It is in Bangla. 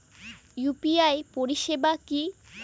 ইউ.পি.আই পরিসেবা কি?